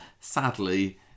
sadly